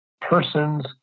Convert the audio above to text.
persons